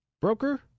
broker